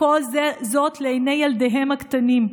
וכל זאת לעיני ילדיהם הקטנים.